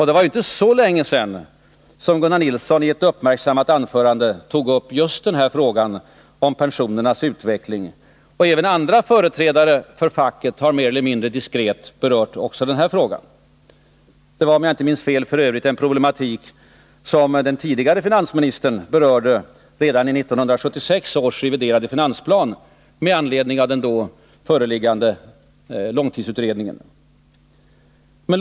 Det var inte länge sedan Gunnar Nilsson i ett uppmärksammat anförande tog upp just frågan om pensionernas utveckling, och även andra företrädare för facket har mer eller mindre diskret också berört den. Det var f. ö., om jag inte minns fel, en problematik som den tidigare finansministern berörde redan i 1976 års reviderade finansplan med anledning av den då föreliggande långtidsutredningens betänkande.